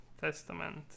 Testament